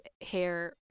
hair